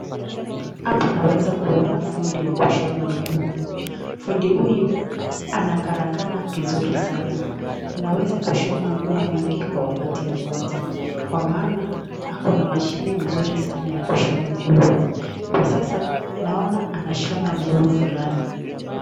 Hapa naweza kuona fundi wa kushona nguo. Fundi huyu ana karakana kizuri sana. Anaweza kushona nguo mingi kwa wakati mmoja kwa maana ako na mashine mzuri sana ya kushona nguo. Kwa sasa naona anashona nguo fulani.